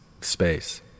space